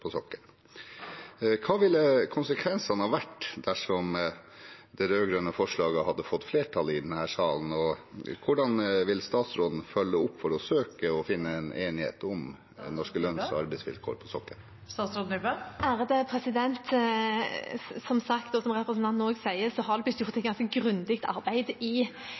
på sokkelen. Hva ville konsekvensene ha vært dersom det rød-grønne forslaget hadde fått flertall i denne salen? Og hvordan vil statsråden følge opp for å søke å finne en enighet om norske lønns- og arbeidsvilkår på sokkelen? Som sagt, og som representanten Strifeldt også sier, har det blitt gjort et ganske grundig arbeid i